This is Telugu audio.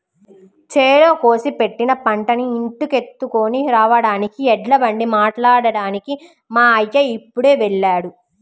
చేలో కోసి పెట్టిన పంటని ఇంటికెత్తుకొని రాడానికి ఎడ్లబండి మాట్లాడ్డానికి మా అయ్య ఇప్పుడే వెళ్ళాడు